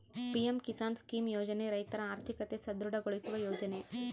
PM Kisan scheme ಯೋಜನೆ ರೈತರ ಆರ್ಥಿಕತೆ ಸದೃಢ ಗೊಳಿಸುವ ಯೋಜನೆ